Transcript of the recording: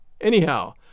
Anyhow